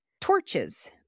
Torches